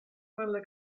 nelle